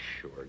sure